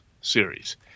series